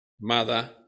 mother